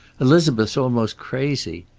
elizabeth's almost crazy.